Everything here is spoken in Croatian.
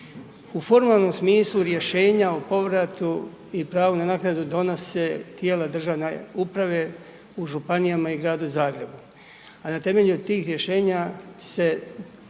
U formalnom smislu rješenja o povratu i pravu na naknadu donose tijela državne uprave u županijama i u Gradu Zagrebu, a na temelju tih rješenja se